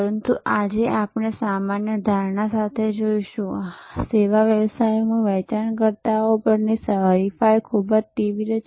પરંતુ આજે આપણે સામાન્ય ધારણા સાથે જોઈશું સેવા વ્યવસાયોમાં વેચાણકર્તાઓ પરની હરીફાઈ ખૂબ તીવ્ર છે